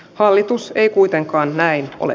hallitus ei kuitenkaan näin ole